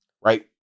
Right